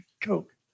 Coke